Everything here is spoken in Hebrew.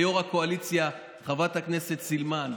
ליו"ר הקואליציה חברת הכנסת סילמן: